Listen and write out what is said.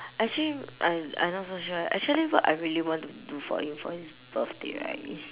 actually I I not so sure eh actually what I want to do right for you for his birthday right is